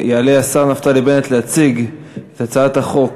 יעלה השר נפתלי בנט להציג את הצעת החוק